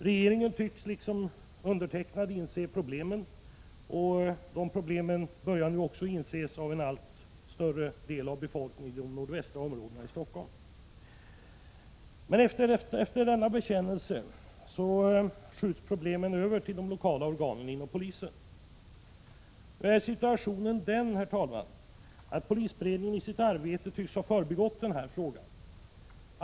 Regeringen tycks alltså, liksom jag själv har gjort, inse problemen, och dem börjar nu också en allt större del av befolkningen i de nordvästra områdena i Stockholm att inse. Men efter denna bekännelse skjuts problemen över till de lokala organen inom polisen. Situationen är nu den, herr talman, att polisberedningen i sitt arbete tycks ha förbigått denna fråga.